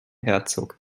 herzog